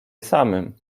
samym